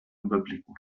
überblicken